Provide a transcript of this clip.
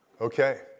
Okay